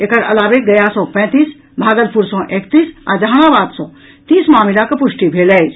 एकर अलावे गया सँ पैंतीस भागलपुर सँ एकतीस आ जहानाबाद सँ तीस मामिलाक पुष्टि भेल अछि